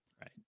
Right